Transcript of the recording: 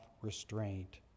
restraint